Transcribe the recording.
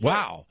Wow